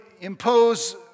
impose